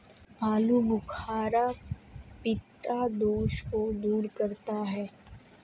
आलूबुखारा पित्त दोष को दूर करता है